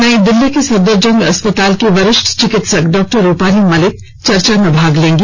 नई दिल्ली के सफदरजंग अस्पताल की वरिष्ठ चिकित्सक डॉक्टर रुपाली मलिक चर्चा में भाग लेंगी